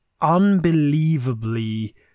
unbelievably